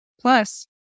plus